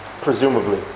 Presumably